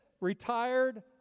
retired